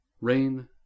Rain